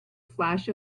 flash